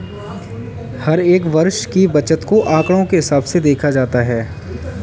हर एक वर्ष की बचत को आंकडों के हिसाब से देखा जाता है